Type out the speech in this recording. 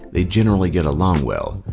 they generally get along well,